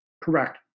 Correct